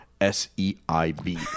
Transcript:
S-E-I-B